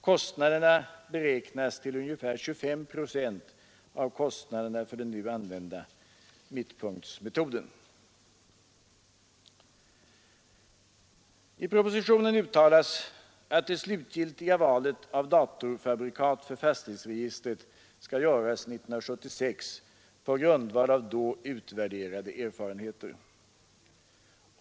Kostnaden beräknas till ungefär 25 procent av kostnaden för den nu använda mittpunktsmetoden. I propositionen uttalas att det slutgiltiga valet av datorfabrikat för fastighetsregistret skall göras 1976 på grundval av då utvärderade erfarenheter.